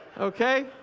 okay